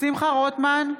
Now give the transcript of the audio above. שמחה רוטמן,